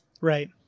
Right